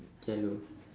yellow